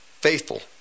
faithful